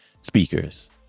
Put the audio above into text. speakers